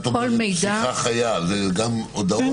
כשאת אומרת "שיחה חיה", זה גם הודעות?